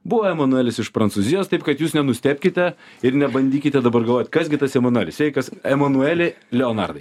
buvo emanuelis iš prancūzijos taip kad jūs nenustebkite ir nebandykite dabar galvot kas gi tas emanuelis sveikas emanueli leonardai